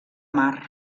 mar